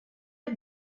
els